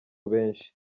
abenshi